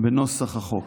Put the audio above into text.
בנוסח החוק.